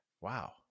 Wow